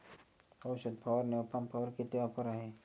औषध फवारणी पंपावर किती ऑफर आहे?